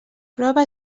prova